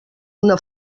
una